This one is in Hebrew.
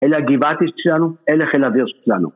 אלה הגבעתיסט שלנו, אלה החילאווירסט שלנו.